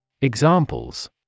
Examples